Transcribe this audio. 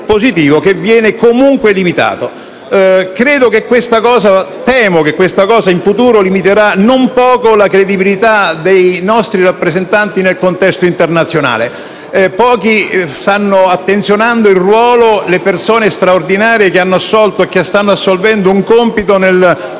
è una cosa positiva porre dei limiti. Temo che questo, in futuro, limiterà non poco la credibilità dei nostri rappresentanti nel contesto internazionale. Pochi stanno attenzionando il ruolo e le persone straordinarie che hanno assolto e stanno assolvendo a un compito nel